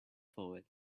forward